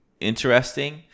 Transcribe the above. interesting